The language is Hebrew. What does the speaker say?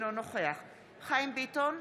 אינו נוכח חיים ביטון,